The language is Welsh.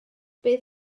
bydd